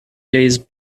days